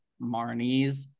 Marnies